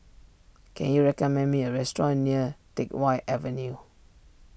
can you recommend me a restaurant near Teck Whye Avenue